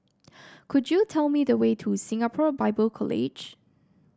could you tell me the way to Singapore Bible College